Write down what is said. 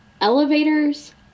elevators